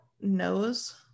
knows